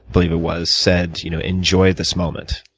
believe it was, said you know enjoy this moment.